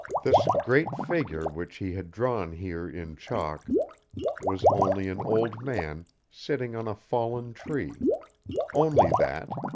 this great figure which he had drawn here in chalk was only an old man sitting on a fallen tree only that.